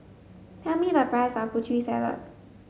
tell me the price of Putri Salad